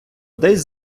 десь